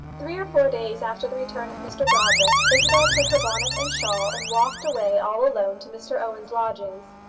three or four days after the return of mr brodrick, isabel took her bonnet and shawl, and walked away all alone to mr owen's lodgings.